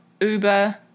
Uber